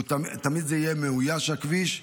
תמיד הכביש יהיה מאויש,